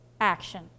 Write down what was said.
action